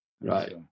Right